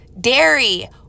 dairy